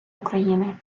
україни